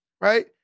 right